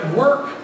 work